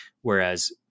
whereas